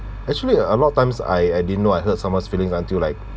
actually uh a lot of times I I didn't know I hurt someone's feeling until like